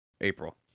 April